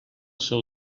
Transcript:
seu